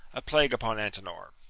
a plague upon antenor!